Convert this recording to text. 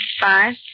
Five